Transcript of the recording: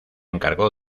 encargó